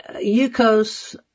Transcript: Yukos